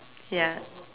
ya